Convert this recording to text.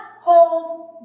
hold